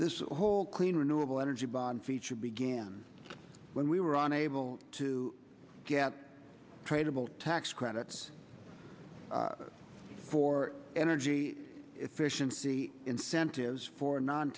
this whole clean renewable energy bond feature began when we were unable to get tradeable tax credits for energy efficiency incentives for